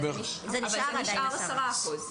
אבל זה עדיין נשאר עשרה אחוז.